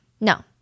No